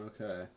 Okay